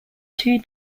two